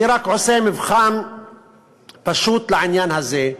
אני רק עושה מבחן פשוט לעניין הזה,